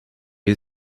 you